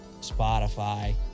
Spotify